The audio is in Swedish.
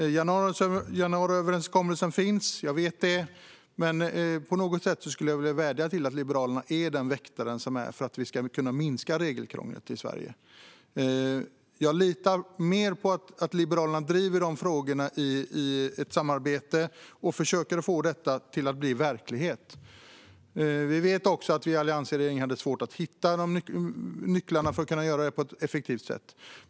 Januariöverenskommelsen finns; jag vet det. Men på något sätt skulle jag vilja vädja till Liberalerna att de är en väktare i fråga om att vi ska kunna minska regelkrånglet i Sverige. Jag litar mer på att Liberalerna driver dessa frågor i ett samarbete och försöker att få detta att bli verklighet. Vi vet också att alliansregeringen hade svårt att hitta nycklarna för att kunna göra det på ett effektivt sätt.